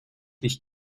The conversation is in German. nicht